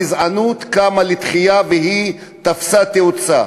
אומרים שבאירופה הגזענות קמה לתחייה והיא צברה תאוצה.